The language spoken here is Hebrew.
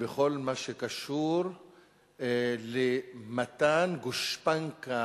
בכל מה שקשור למתן גושפנקה